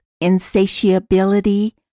insatiability